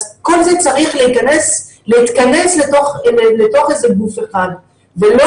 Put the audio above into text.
כל זה צריך להתכנס לתוך איזה גוף אחד ולא